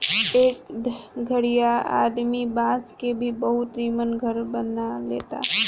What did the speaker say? एह घरीया आदमी बांस के भी बहुते निमन घर बना लेता